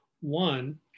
One